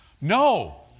No